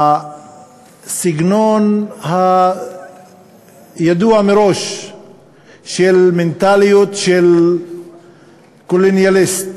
שבסגנון הידוע מראש של מנטליות של קולוניאליסט,